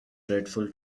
dreadful